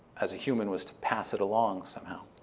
as a human, was to pass it along somehow.